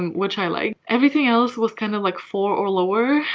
and which i liked. everything else was kind of like four or lower